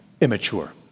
Immature